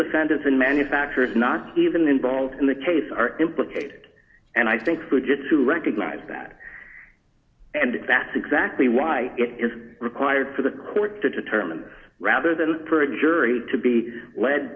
defendants and manufacturers not even involved in the case are implicated and i think fujitsu recognized that and that's exactly why it is required for the court to determine rather than for a jury to be led